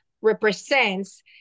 represents